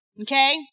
Okay